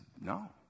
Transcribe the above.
no